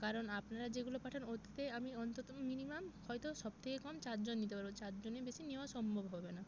কারণ আপনারা যেগুলো পাঠান ওতে আমি অন্তত মিনিমাম হয়তো সবথেকে কম চারজন নিতে পারবো চার জনের বেশি নেওয়া সম্ভব হবে না